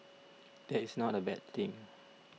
that is not a bad thing